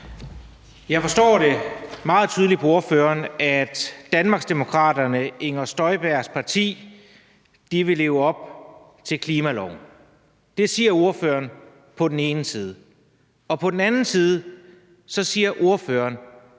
Jeg forstår det meget tydeligt på ordføreren, at Danmarksdemokraterne, Inger Støjbergs parti, vil leve op til klimaloven. Det siger ordføreren på den ene side. Og på den anden side siger ordføreren,